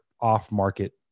off-market